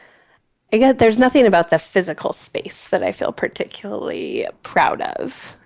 i guess there's nothing about the physical space that i feel particularly proud of.